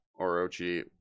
orochi